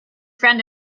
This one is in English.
friend